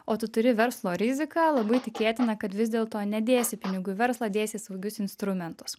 o tu turi verslo riziką labai tikėtina kad vis dėlto nedėsi pinigų į verslą dėsi į saugius instrumentus